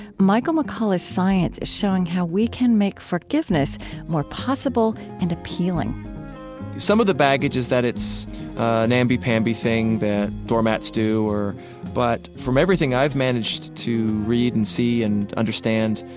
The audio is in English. michael mccullough's science is showing how we can make forgiveness more possible and appealing some of the baggage is that it's a namby-pamby thing that doormats do, but from everything i've manage to to read and see and understand,